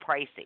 pricey